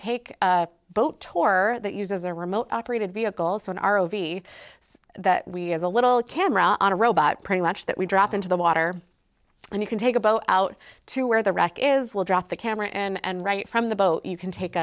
take a boat tour that uses their remote operated vehicles sonar ovi so that we as a little camera on a robot pretty much that we drop into the water and you can take a boat out to where the rock is will drop the camera and right from the boat you can take